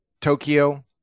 Tokyo